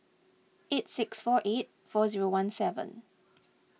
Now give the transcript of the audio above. eight six four eight four zero one seven